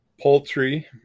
Poultry